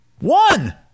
One